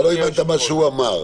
אתה לא הבנת את מה שהוא אמר.